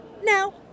Now